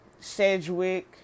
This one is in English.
Sedgwick